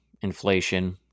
inflation